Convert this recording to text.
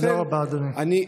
תודה רבה, אדוני.